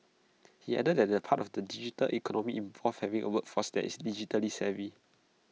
he added that the part of the digital economy involves having A workforce that is digitally savvy